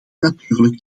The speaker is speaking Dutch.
natuurlijk